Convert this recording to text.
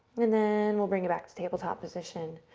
then we'll bring it back to tabletop position.